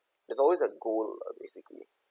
there's always a goal lah basically